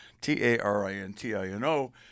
T-A-R-I-N-T-I-N-O